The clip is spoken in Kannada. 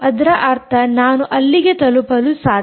ಅದರ ಅರ್ಥ ನಾನು ಅಲ್ಲಿಗೆ ತಲುಪಲು ಸಾಧ್ಯ